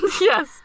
yes